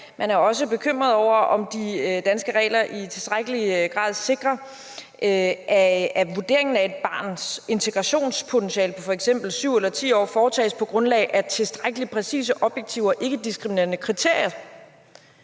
man er også bekymret over, om de danske regler i tilstrækkelig grad sikrer, at vurderingen af integrationspotentialet hos et barn på f.eks. 7 eller 10 år foretages på grundlag af tilstrækkelig præcise objektive og ikkediskriminerende kriterier.